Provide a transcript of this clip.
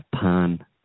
pan